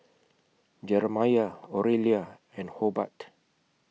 Jeremiah Orelia and Hobart